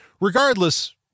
regardless